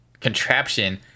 contraption